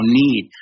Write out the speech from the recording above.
need